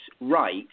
right